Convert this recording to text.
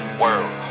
world